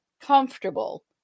comfortable